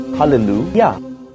Hallelujah